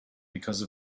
because